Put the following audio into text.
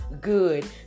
good